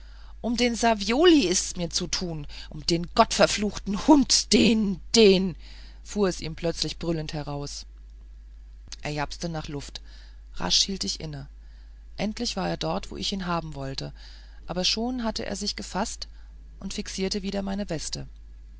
um den savioli is mir's zu tun um den gottverfluchten hund den den fuhr es ihm plötzlich brüllend heraus er japste nach luft rasch hielt ich inne endlich war er dort wo ich ihn haben wollte aber schon hatte er sich gefaßt und fixierte wieder meine weste